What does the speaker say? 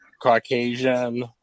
Caucasian